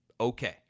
Okay